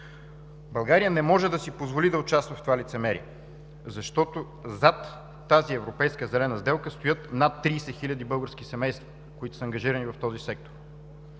България не може да си позволи да участва в това лицемерие. Защото зад тази европейска зелена сделка стоят над 30 хиляди български семейства, които са ангажирани в този сектор.